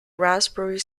raspberry